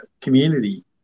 community